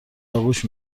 آغوش